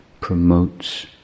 promotes